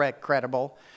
credible